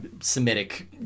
Semitic